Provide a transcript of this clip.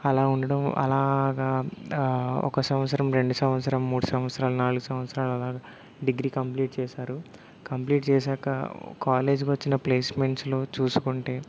అలా ఉండడం అలాగా ఒక సంవత్సరం రెండు సంవత్సరం మూడు సంవత్సరాలు నాలుగు సంవత్సరాలు అలాగా డిగ్రీ కంప్లీట్ చేశారు కంప్లీట్ చేశాక కాలేజ్ వచ్చిన ప్లేస్మెంట్స్లో చూసుకుంటే